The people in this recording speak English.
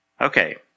Okay